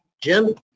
Jim